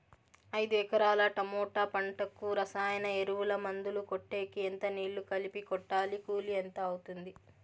ఐదు ఎకరాల టమోటా పంటకు రసాయన ఎరువుల, మందులు కొట్టేకి ఎంత నీళ్లు కలిపి కొట్టాలి? కూలీ ఎంత అవుతుంది?